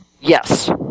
Yes